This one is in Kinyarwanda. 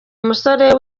umusore